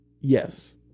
Yes